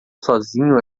sozinho